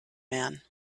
man